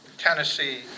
Tennessee